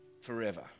forever